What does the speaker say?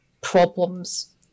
problems